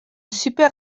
super